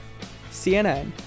CNN